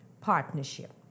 partnership